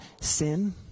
sin